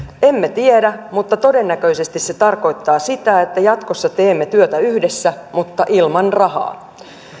emme tiedä mutta todennäköisesti se tarkoittaa sitä että jatkossa teemme työtä yhdessä mutta ilman rahaa